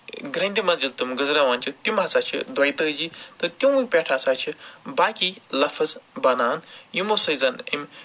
گرٛینٛدِ منٛز ییٚلہِ تِم گٔنٛزراوان چھِ تِم ہسا چھِ دوٚیہِ تٲجی تہٕ تِمَن پٮ۪ٹھ ہسا چھُ باقی لَفظ بَنان یِمَو سۭتۍ زَن یِم